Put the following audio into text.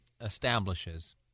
establishes